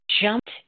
jumped